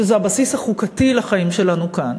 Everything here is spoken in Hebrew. הבסיס החוקתי לחיים שלנו כאן.